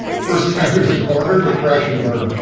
first time there's a corner, they crash and burn.